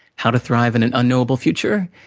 how to thrive in an unknowable future?